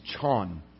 Chon